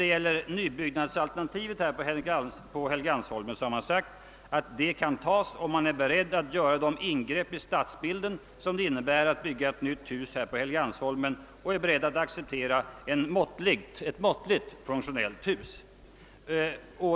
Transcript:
Beträffande nybyggnadsalternativet här på Helgeandsholmen har man sagt att det kan accepteras om man är beredd att göra de ingrepp i stadsbilden som det innebär att bygga ett nytt hus här på Helgeandsholmen och är beredd att acceptera ett måttligt funktionellt hus.